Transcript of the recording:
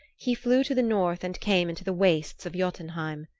he flew to the north and came into the wastes of jotunheim.